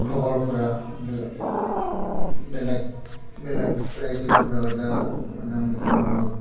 खबरफोरा बेलेक बेलेक बेलेक रायजोफोराव जा मोजां मोजां माबा